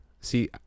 see